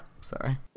Sorry